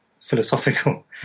philosophical